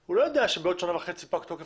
הוא לא יודע שבעוד שנה וחצי פג תוקף